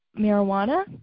marijuana